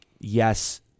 yes